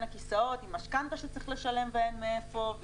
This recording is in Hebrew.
הכיסאות עם משכנתה שצריך לשלם ואין מאיפה,